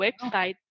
website